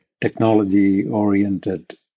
technology-oriented